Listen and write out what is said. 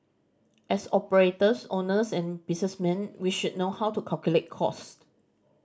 as operators owners and businessmen we should know how to calculate cost